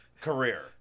career